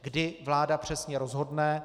Kdy vláda přesně rozhodne?